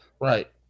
Right